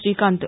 Srikanth